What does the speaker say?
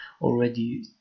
already